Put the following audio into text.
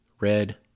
red